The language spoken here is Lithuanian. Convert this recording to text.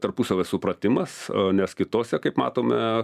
tarpusavio supratimas nes kitose kaip matome